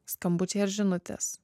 skambučiai ar žinutės